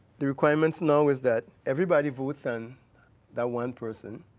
the requirements now is that everybody votes on that one person,